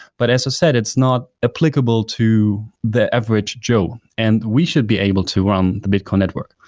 but as i said, it's not applicable to the average joe, and we should be able to run the bitcoin network.